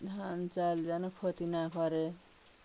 ধান চাল যেন ক্ষতি না করে